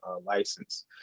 license